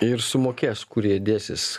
ir sumokės kur jie dėsis